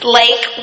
lake